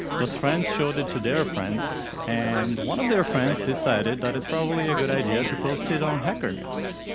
those friends showed it to their friends, and one of their friends decided that it's probably a good idea to post it on hacker news.